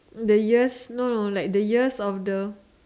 the ears no no like the ears of the